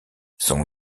son